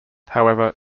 however